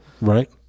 right